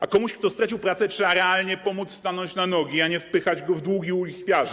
A komuś, kto stracił pracę, trzeba realnie pomóc stanąć na nogi, a nie wpychać go w długi u lichwiarza.